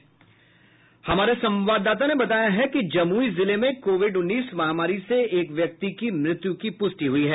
इधर हमारे संवाददाता ने बताया है कि जमुई जिले में कोविड उन्नीस महामारी से एक व्यक्ति की मृत्यु की पुष्टि हुई है